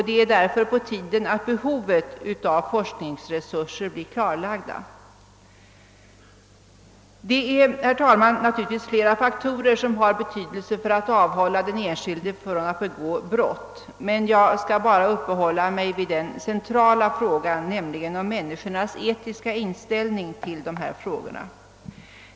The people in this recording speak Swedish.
Det är på tiden att behovet av forskningsresurser blir klarlagt. Flera faktorer har naturligtvis betydelse när det gäller att avhålla den enskilde från att begå brott, men jag skall bara uppehålla mig vid den centrala frågan, nämligen om människornas etiska inställning till dessa frågor.